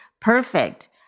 perfect